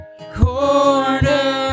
Corner